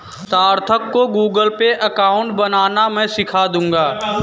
सार्थक को Google Pay account बनाना मैं सीखा दूंगा